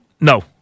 No